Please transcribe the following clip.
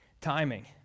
timing